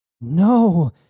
No